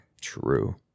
True